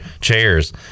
chairs